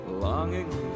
Longing